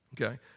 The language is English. Okay